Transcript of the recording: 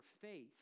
faith